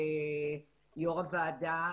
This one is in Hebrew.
יו"ר הוועדה,